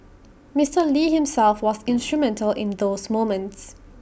Mister lee himself was instrumental in those moments